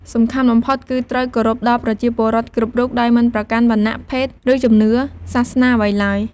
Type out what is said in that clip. សំខាន់បំផុត គឺត្រូវ គោរពដល់ប្រជាពលរដ្ឋគ្រប់រូប ដោយមិនប្រកាន់ វណ្ណៈ ភេទ ឬជំនឿ សាសនាអ្វីឡើយ។